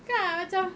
kan macam